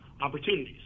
opportunities